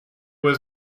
was